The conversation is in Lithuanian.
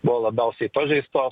buvo labiausiai pažeistos